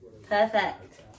Perfect